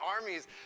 armies